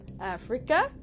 Africa